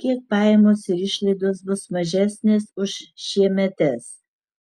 kiek pajamos ir išlaidos bus mažesnės už šiemetes